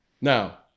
Now